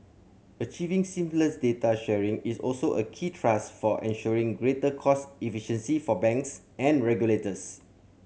achieving seamless data sharing is also a key thrust for ensuring greater cost efficiency for banks and regulators